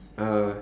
uh